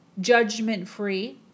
judgment-free